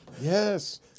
Yes